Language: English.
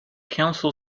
council